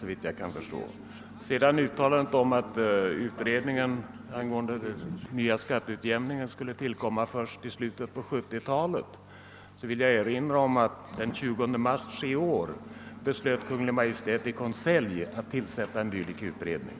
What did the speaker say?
Beträffande uttalandet att utredningen om den nya skatteutjämningen skulle tillkomma först i slutet av 1970-talet vill jag erinra om att Kungl. Maj:t den 20 mars i år i konselj beslöt att tillsätta en dylik utredning.